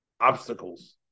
obstacles